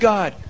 God